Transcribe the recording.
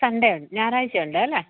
Sunday ഉ ഞായറാഴ്ച ഉണ്ട് അല്ലേ